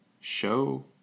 Show